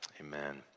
Amen